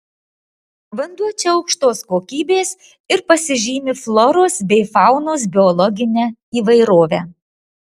vanduo čia aukštos kokybės ir pasižymi floros bei faunos biologine įvairove